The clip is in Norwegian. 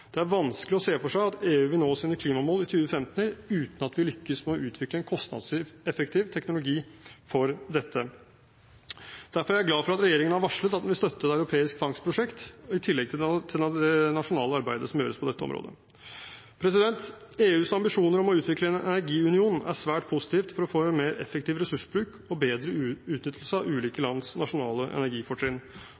Det er vanskelig å se for seg at EU vil nå sine klimamål i 2050 uten at vi lykkes med å utvikle en kostnadseffektiv teknologi for dette. Derfor er jeg glad for at regjeringen har varslet at den vil støtte et europeisk fangstprosjekt i tillegg til det nasjonale arbeidet som gjøres på dette området. EUs ambisjoner om å utvikle en energiunion er svært positivt for å få en mer effektiv ressursbruk og bedre utnyttelse av ulike